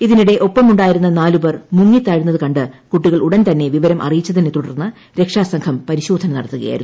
ഇതിനിടെ ഒപ്പമുണ്ടായിരുന്ന നാലുപേർ മുങ്ങിത്താഴുന്നത് കണ്ട് കുട്ടികൾ ഉടൻ തന്നെ വിവരം അറിയിച്ചതിനെ തുടർന്ന് രക്ഷാസംഘം പരിശോധന നടത്തുകയായിരുന്നു